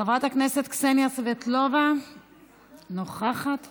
חברת הכנסת קסניה, נוכחת ומדברת.